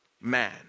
man